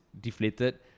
deflated